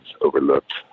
overlooked